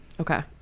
Okay